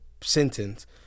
sentence